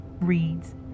reads